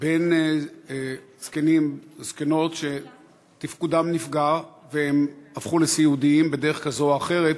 בין זקנים וזקנות שתפקודם נפגע והם הפכו לסיעודיים בדרך כזאת או אחרת